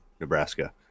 Nebraska